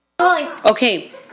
okay